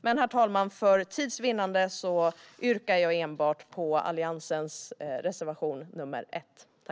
Men för tids vinnande, herr talman, yrkar jag enbart bifall till Alliansens reservation nr 1.